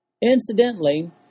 Incidentally